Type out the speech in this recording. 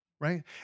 right